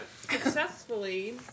Successfully